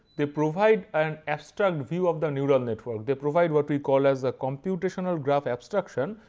they provide an abstract view of the neural network, they provide what we call as a computational graph abstraction,